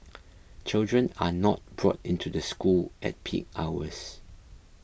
children are not brought into the school at peak hours